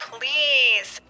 Please